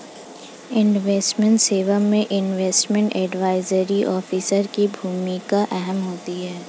investment सेवा में investment advisory officer की भूमिका अहम होती है